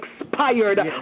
expired